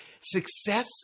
Success